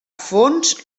fons